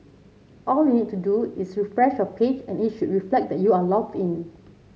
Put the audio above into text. all you need to do is refresh your page and it should reflect that you are logged in